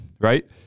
right